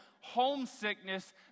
homesickness